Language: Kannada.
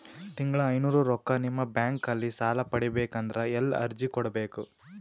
ತಿಂಗಳ ಐನೂರು ರೊಕ್ಕ ನಿಮ್ಮ ಬ್ಯಾಂಕ್ ಅಲ್ಲಿ ಸಾಲ ಪಡಿಬೇಕಂದರ ಎಲ್ಲ ಅರ್ಜಿ ಕೊಡಬೇಕು?